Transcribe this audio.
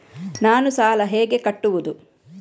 ನಾನು ಸಾಲ ಹೇಗೆ ಕಟ್ಟುವುದು?